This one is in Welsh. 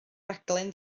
raglen